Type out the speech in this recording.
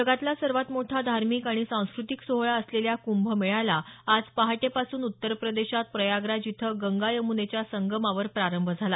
जगातला सर्वात मोठा धार्मिक आणि सांस्कृतिक सोहळा असलेल्या क्भमेळ्याला आज पहाटेपासून उत्तरप्रदेशात प्रयागराज इथं गंगा यम्नेच्या संगमावर प्रारंभ झाला